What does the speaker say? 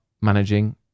managing